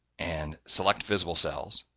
and select visible cells,